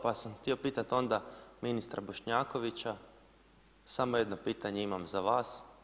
Pa sam htio pitat onda ministra Bošnjakovića, samo jedno pitanje imamo za vas.